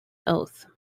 oath